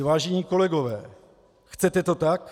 Vážení kolegové, chcete to tak?